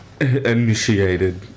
initiated